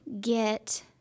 get